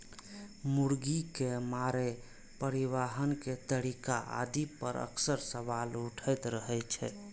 मुर्गी के मारै, परिवहन के तरीका आदि पर अक्सर सवाल उठैत रहै छै